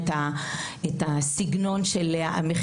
את הסגנון שלהן.